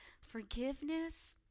forgiveness